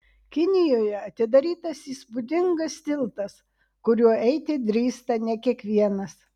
kinijoje atidarytas įspūdingas tiltas kuriuo eiti drįsta ne kiekvienas